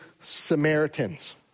samaritans